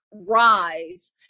rise